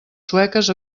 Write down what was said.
sueques